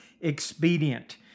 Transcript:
expedient